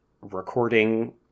recording